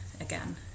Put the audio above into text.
again